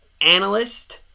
Analyst